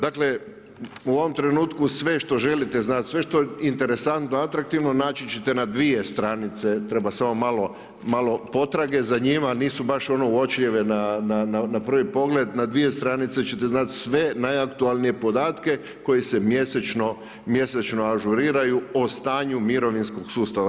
Dakle, u ovom trenutku sve što želite znati, sve što je interesantno i atraktivno naći ćete na dvije stranice treba samo malo potrage za njima, nisu baš ono uočljive na prvi pogled, na dvije stranice ćete znati sve najaktualnije podatke koji se mjesečno ažuriraju o stanju mirovinskog sustava.